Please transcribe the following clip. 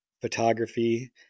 photography